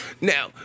Now